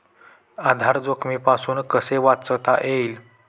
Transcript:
आधार जोखमीपासून कसे वाचता येईल?